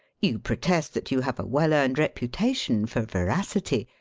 you protest that you have a well-earned reputation for veracity.